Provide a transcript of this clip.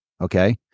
Okay